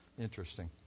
interesting